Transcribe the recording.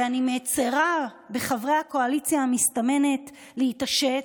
ואני מאיצה בחברי הקואליציה המסתמנת להתעשת,